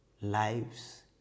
lives